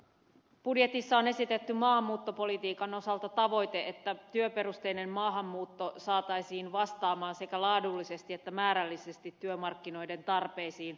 budjetissa on esitetty maahanmuuttopolitiikan osalta tavoite että työperusteinen maahanmuutto saataisiin vastaamaan sekä laadullisesti että määrällisesti työmarkkinoiden tarpeisiin